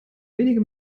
wenige